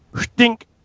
stink